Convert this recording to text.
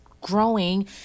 growing